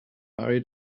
marry